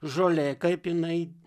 žolė kaip jinai